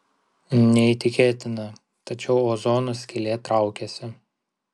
neįtikėtina tačiau ozono skylė traukiasi